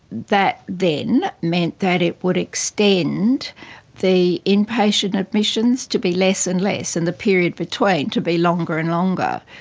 that then meant that it would extend the inpatient admissions to be less and less and the period between to be longer and longer.